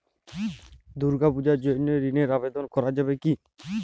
দুর্গাপূজার জন্য ঋণের আবেদন করা যাবে কি?